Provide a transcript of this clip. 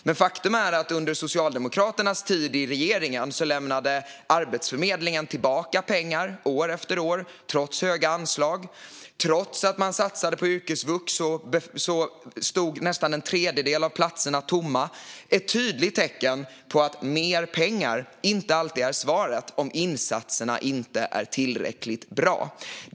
Men faktum är att under Socialdemokraternas tid i regeringen lämnade Arbetsförmedlingen tillbaka pengar år efter år. Trots höga anslag och trots att man satsade på yrkesvux stod nästan en tredjedel av platserna tomma, ett tydligt tecken på att mer pengar inte alltid är svaret om insatserna inte är tillräckligt bra.